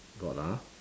got ah